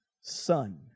son